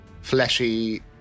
fleshy